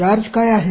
charge काय आहे